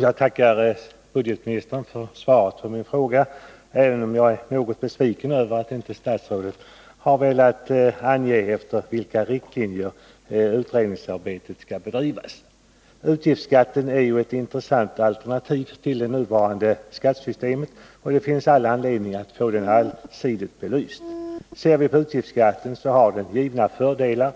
Jag tackar budgetministern för svaret på min fråga, även om jag är något besviken över att statsrådet inte har velat ange efter vilka riktlinjer utredningsarbetet skall bedrivas. Utgiftsskatten är ett intressant alternativ till nuvarande skattesystem, och det finns all anledning att få den allsidigt belyst. Utgiftsskatten har givna fördelar.